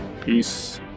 Peace